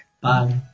Bye